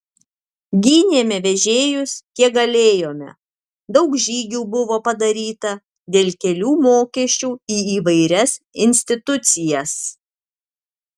gynėme vežėjus kiek galėjome daug žygių buvo padaryta dėl kelių mokesčių į įvairias institucijas